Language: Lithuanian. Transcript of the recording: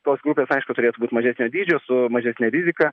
tos grupės aišku turėtų būt mažesnio dydžio su mažesne rizika